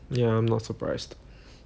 ya I'm not surprised